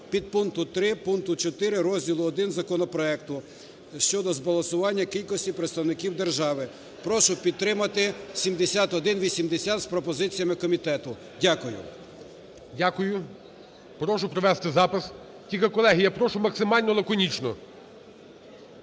підпункту 3 пункту 4 розділу І законопроекту щодо збалансування кількості представників держави. Прошу підтримати 7180 з пропозиціями комітету. Дякую. ГОЛОВУЮЧИЙ. Дякую. Прошу провести запис. Тільки, колеги, я прошу максимально лаконічно